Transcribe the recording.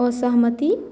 असहमति